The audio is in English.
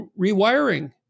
rewiring